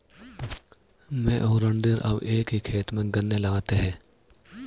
मैं और रणधीर अब एक ही खेत में गन्ने लगाते हैं